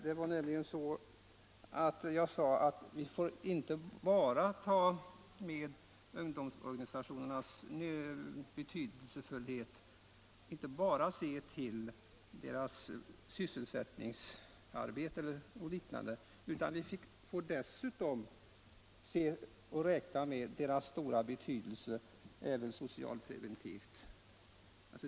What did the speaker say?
Jag sade att vi får inte bara se till den rena sysselsättningen när det gäller ungdomsorganisationerna, utan vi måste även räkna med deras stora betydelse socialpreventivt.